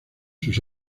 sus